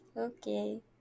okay